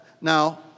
Now